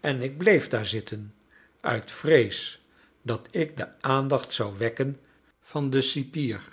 en ik bleef daar zitten uit vrees dat ik de aandacht zou wekken van den cipier